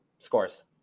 Scores